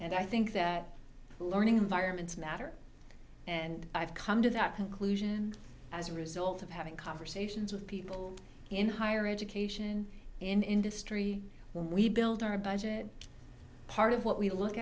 and i think that learning environments matter and i've come to that conclusion as a result of having conversations with people in higher education in industry when we build our budget part of what we look